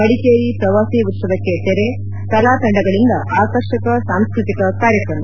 ಮಡಿಕೇರಿ ಪ್ರವಾಸಿ ಉತ್ಪವಕ್ಕೆ ತೆರೆ ಕಲಾ ತಂಡಗಳಿಂದ ಆಕರ್ಷಕ ಸಾಂಸ್ಕತಿಕ ಕಾರ್ಯಕ್ರಮ